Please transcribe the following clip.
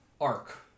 arc